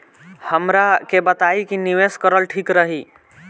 हमरा के बताई की निवेश करल ठीक रही?